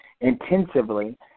intensively